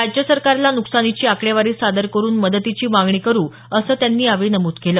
राज्य सरकारला नुकसानीची आकडेवारी सादर करुन मदतीची मागणी करू असं त्यांनी यावेळी नमूद केलं